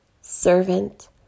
servant